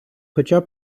хоча